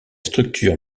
structure